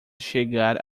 chegar